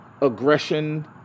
aggression